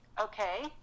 Okay